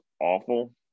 awful